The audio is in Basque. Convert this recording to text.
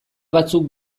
batzuk